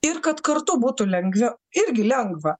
ir kad kartu būtų lengviau irgi lengva